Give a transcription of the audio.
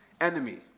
enemy